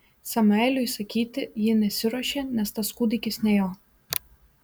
samueliui sakyti ji nesiruošė nes tas kūdikis ne jo